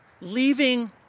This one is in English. leaving